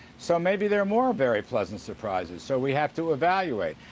so maybe there are more very pleasant surprises. so we have to evaluate.